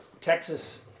Texas